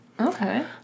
Okay